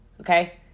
Okay